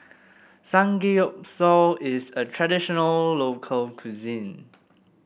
samgeyopsal is a traditional local cuisine